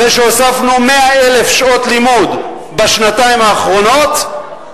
אחרי שהוספנו 100,000 שעות לימוד בשנתיים האחרונות,